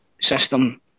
system